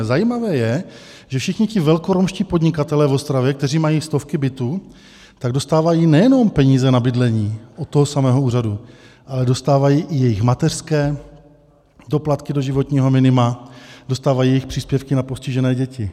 Zajímavé je, že všichni ti velkoromští podnikatelé v Ostravě, kteří mají stovky bytů, dostávají nejenom peníze na bydlení od toho samého úřadu, ale dostávají i jejich mateřské, doplatky do životního minima, dostávají jejich příspěvky na postižené děti.